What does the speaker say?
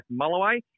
Mulloway